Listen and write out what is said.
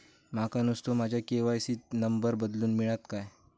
माका नुस्तो माझ्या के.वाय.सी त नंबर बदलून मिलात काय?